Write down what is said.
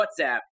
WhatsApp